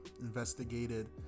investigated